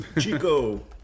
Chico